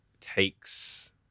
takes